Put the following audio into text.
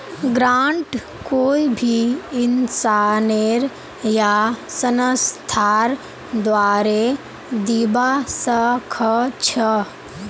grant कोई भी इंसानेर या संस्थार द्वारे दीबा स ख छ